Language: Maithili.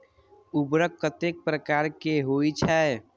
उर्वरक कतेक प्रकार के होई छै?